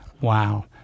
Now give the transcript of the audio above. Wow